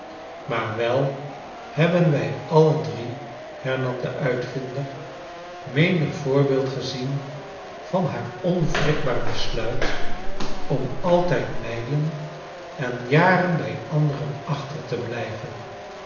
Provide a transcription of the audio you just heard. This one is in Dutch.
maar wel hebben wij alle drie hernam de uitvinder menig voorbeeld gezien van haar onwrikbaar besluit om altijd rnijlen en jaren bij anderen acbter te blijven